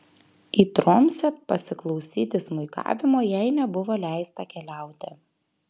į tromsę pasiklausyti smuikavimo jai nebuvo leista keliauti